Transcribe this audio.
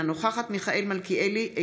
אינה נוכחת מיכאל מלכיאלי,